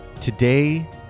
Today